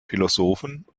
philosophen